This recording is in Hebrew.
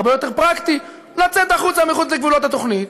הרבה יותר פרקטי לצאת החוצה מחוץ לגבולות התוכנית,